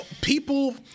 people